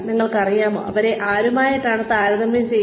നിങ്ങൾക്കറിയാമോ അവരെ ആരുമായിട്ടാണ് താരതമ്യം ചെയ്യുന്നത്